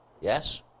yes